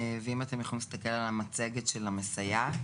ואם אתם יכולים להסתכל על המצגת של "המסייעת",